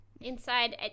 Inside